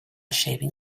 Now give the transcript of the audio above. shaving